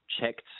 checked